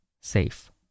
safe